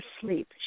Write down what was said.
sleep